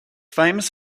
famous